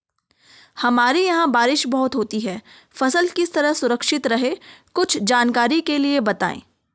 हमारे यहाँ बारिश बहुत होती है फसल किस तरह सुरक्षित रहे कुछ जानकारी के लिए बताएँ?